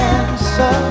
answer